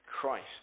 Christ